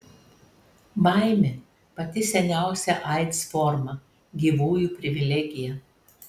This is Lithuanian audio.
baimė pati seniausia aids forma gyvųjų privilegija